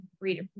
reader